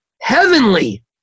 heavenly